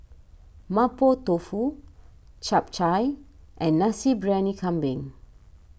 Mapo Tofu Chap Chai and Nasi Briyani Kambing